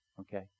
okay